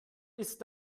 ist